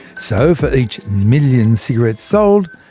so for each million cigarettes sold,